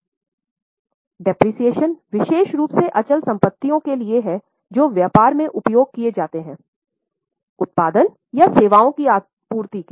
अब मूल्यह्रास विशेष रूप से अचल संपत्तियों के लिए है जो व्यापार में उपयोग किए जाते हैं उत्पादन या सेवाओं की आपूर्ति के लिए